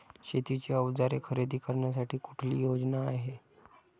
शेतीची अवजारे खरेदी करण्यासाठी कुठली योजना आहे?